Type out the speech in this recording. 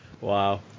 wow